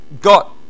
got